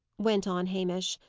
went on hamish.